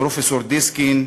פרופסור דיסקין,